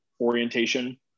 orientation